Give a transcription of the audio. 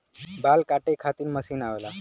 बाल काटे खातिर मशीन आवेला